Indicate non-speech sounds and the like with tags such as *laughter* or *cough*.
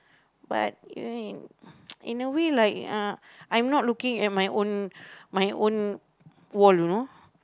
but y~ *noise* in a way like uh I'm not looking at my own my own wall you know